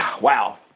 Wow